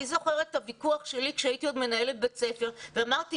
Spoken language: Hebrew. אני זוכרת את הוויכוח שלי כשהייתי עוד מנהלת בית הספר ואמרתי,